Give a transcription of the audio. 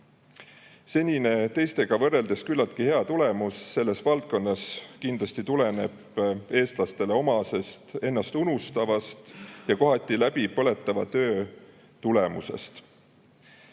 Senine teistega võrreldes küllaltki hea tulemus selles valdkonnas kindlasti tuleneb eestlastele omasest ennastunustavast ja kohati läbipõlemiseni